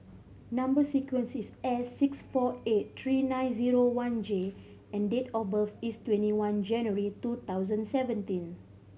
number sequence is S six four eight three nine zero one J and date of birth is twenty one January two thousand seventeen